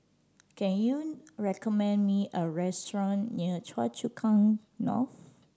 can you recommend me a restaurant near Choa Chu Kang North